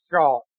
shot